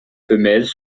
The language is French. femelles